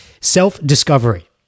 Self-discovery